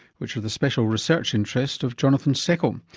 which are the special research interest of jonathan seckl, um